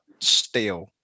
steel